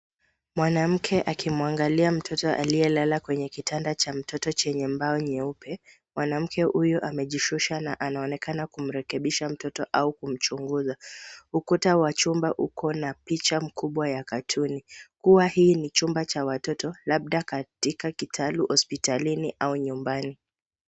Mwanamke akimwangalia mtoto aliyelala kwenye kitanda cha mtoto chenye mbao nyeupe. Mwanamke huyu amejishusha na anaonekana kumrekebisha mtoto au kumchunguza. Ukuta wa chumba uko na picha mkubwa wa katuni kuwa hii ni chumba cha watoto, labda katika kitalu, hospitalini au nyumbani.